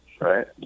Right